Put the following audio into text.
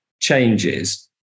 changes